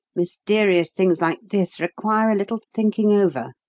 mysterious things like this require a little thinking over.